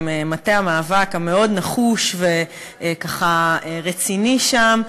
עם מטה המאבק המאוד-נחוש וכה-רציני שם,